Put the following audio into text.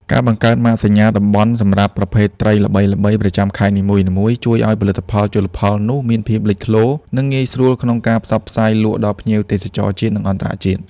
ការបង្កើតម៉ាកសញ្ញាតំបន់សម្រាប់ប្រភេទត្រីល្បីៗប្រចាំខេត្តនីមួយៗ ជួយឱ្យផលិតផលជលផលនោះមានភាពលេចធ្លោ និងងាយស្រួលក្នុងការផ្សព្វផ្សាយលក់ដល់ភ្ញៀវទេសចរជាតិ និងអន្តរជាតិ។